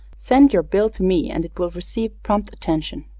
send your bill to me and it will receive prompt attention.